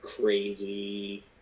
crazy